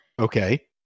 okay